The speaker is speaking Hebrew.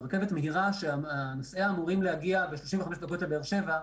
רכבת מהירה שנוסעיה אמורים להגיע ב-35 דקות לבאר שבע,